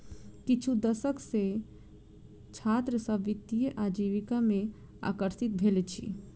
किछु दशक सॅ छात्र सभ वित्तीय आजीविका में आकर्षित भेल अछि